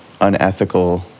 unethical